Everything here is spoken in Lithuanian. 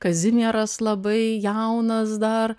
kazimieras labai jaunas dar